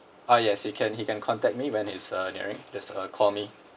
ah yes he can he can contact me when his uh nearing just uh call me